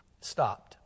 stopped